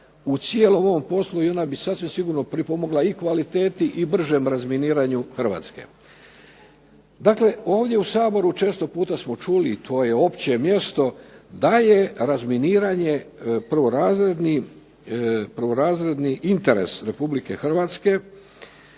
u cijelom ovom poslu i ona bi sasvim sigurno pripomogla i kvaliteti i bržem razminiranju Hrvatske. Dakle, ovdje u Saboru često puta smo čuli i to je opće mjesto da je razminiranje prvorazredni interes RH koji je prošle